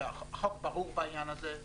שהחוק ברור בעניין הזה.